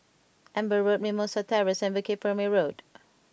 Amber Road Mimosa Terrace and Bukit Purmei Road